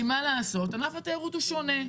כי מה לעשות ענף התיירות שונה.